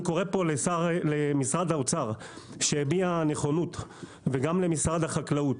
אני קורא פה למשרד האוצר שהביע נכונות וגם למשרד החקלאות,